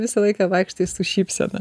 visą laiką vaikštai su šypsena